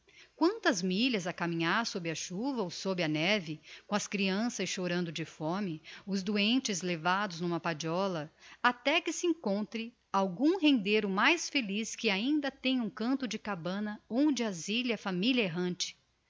quantas milhas a caminhar sob a chuva ou sob a neve com as creanças chorando de fome os doentes levados n'uma padiola até que se encontre algum rendeiro mais feliz que ainda tem um canto de cabana onde azyle a familia errante